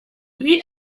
wir